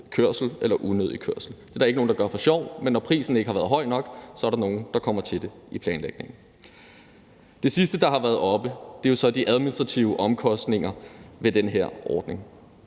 eller unødig kørsel. Der er ikke nogen, der gør det for sjov, men når prisen ikke har været høj nok, er der nogle, der kommer til det i forbindelse med planlægningen. Det sidste, der har været oppe, er jo så de administrative omkostninger ved den her ordning.